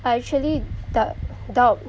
I actually dou~ doubt